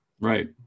Right